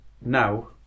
now